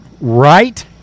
right